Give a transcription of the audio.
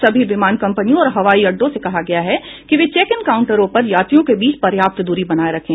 सभी विमान कम्पनियों और हवाई अड्डों से कहा गया है कि वे चेक इन काउंटरों पर यात्रियों के बीच पर्याप्त दूरी बनाए रखें